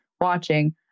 watching